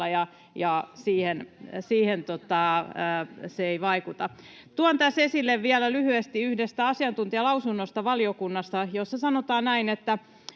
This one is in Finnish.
ja siihen se ei vaikuta. Tuon tässä esille vielä lyhyesti yhdestä asiantuntijalausunnosta valiokunnasta, jossa sanotaan: